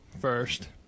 first